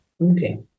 Okay